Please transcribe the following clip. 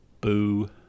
boo